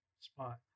spot